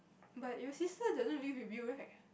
but your sister doesn't live with you right